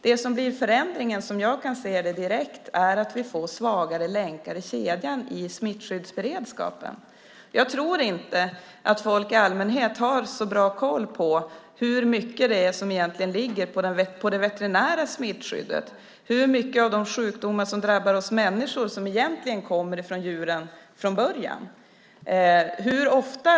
Vad som blir förändringen direkt som jag kan se det är att vi får svagare länkar i kedjan i smittskyddsberedskapen. Jag tror inte att folk i allmänhet har så bra koll på hur mycket det egentligen är som ligger på det veterinära smittskyddet och hur många av de sjukdomar som drabbar oss människor som kommer från djuren från början.